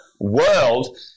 world